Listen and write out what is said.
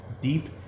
deep